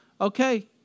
okay